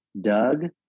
Doug